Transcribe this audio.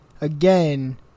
Again